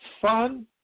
fun